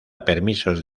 permisos